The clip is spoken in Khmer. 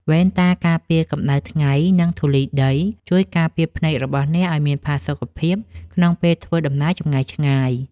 វ៉ែនតាការពារកម្ដៅថ្ងៃ និងធូលីដី ជួយការពារភ្នែករបស់អ្នកឱ្យមានផាសុកភាពក្នុងពេលធ្វើដំណើរចម្ងាយឆ្ងាយ។